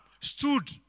stood